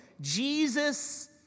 Jesus